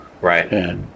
Right